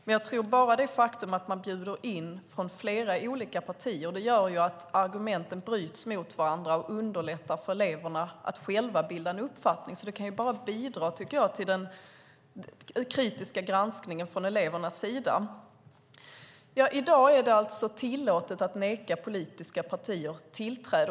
Men bara det faktum att man bjuder in folk från flera olika partier gör att argumenten bryts mot varandra. Det underlättar för eleverna att själva bilda sig en uppfattning. Jag tycker att det enbart kan bidra till den kritiska granskningen från elevernas sida. I dag är det alltså tillåtet att neka politiska partier tillträde.